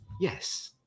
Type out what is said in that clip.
yes